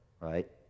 right